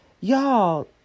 Y'all